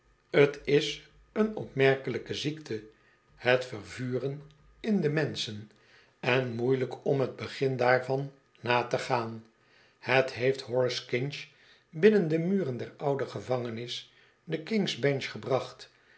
t is esn opmerkelijke ziekte het vervuren in de menschen en moeielijk om het begin daarvan na te gaan het heeft horace kinch binnen de muren der oude gevangenis de kings bench gebracht